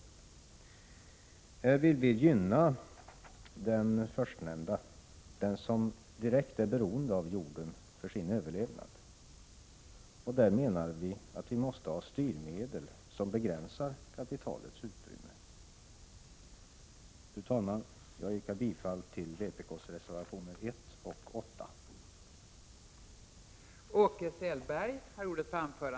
Här vill vi gynna den förstnämnda, den som direkt är beroende av jorden för sin överlevnad. Därför menar vi att det måste finnas styrmedel som begränsar kapitalets utrymme. Fru talman! Jag yrkar bifall till vpk:s reservationer 1 och 8.